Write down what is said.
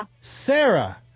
Sarah